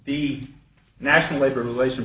the national labor relations